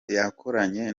yakoranye